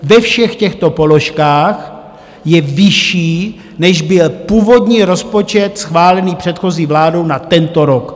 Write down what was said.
Ve všech těchto položkách je vyšší, než byl původní rozpočet schválený předchozí vládou na tento rok.